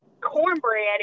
cornbread